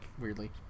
weirdly